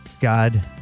God